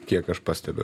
kiek aš pastebiu